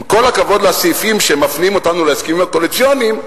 עם כל הכבוד לסעיפים שמפנים אותנו להסכמים הקואליציוניים,